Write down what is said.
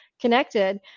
connected